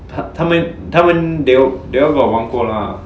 他他他们 they all got 玩过 lah